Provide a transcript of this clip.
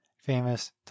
famous